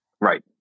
Right